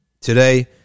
Today